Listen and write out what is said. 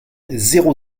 zéro